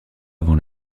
avant